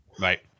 Right